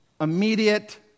immediate